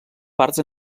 parts